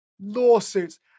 lawsuits